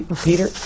Peter